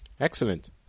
Excellent